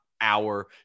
hour